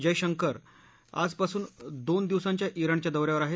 जयशंकर आजपासून दोन दिवसांच्या विणच्या दौ यावर आहेत